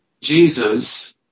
Jesus